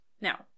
Now